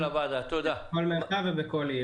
בכל מרחב ובכל עיר.